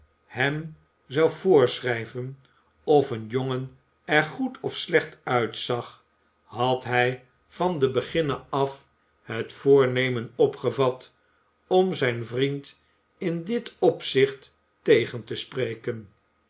hem zou voorschrijven of een jongen er goed of slecht uitzag had hij van den beginne af het voornemen opgevat om zijn vriend in dit opzicht tegen te spreken